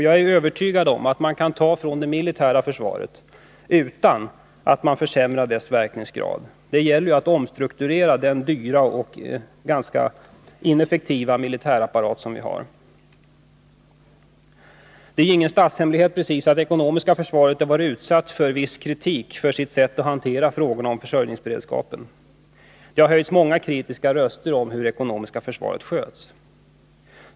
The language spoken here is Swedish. Jag är övertygad om att man kan ta pengar från det militära försvaret utan att dess verkningsgrad försämras. Det gäller ju att omstrukturera den dyra och ganska ineffektiva militärapparat som vi har i vårt land. Nr 45 Det är inte precis någon statshemlighet att det ekonomiska försvaret varit utsatt för viss kritik för sitt sätt att hantera frågorna om försörjningsberedskapen. Det har höjts många kritiska röster mot det sätt på vilket det ekonomiska försvaret sköts.